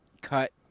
cut